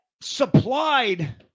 supplied